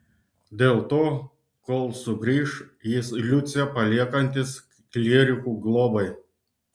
dėl to kol sugrįš jis liucę paliekantis klierikų globai